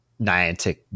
Niantic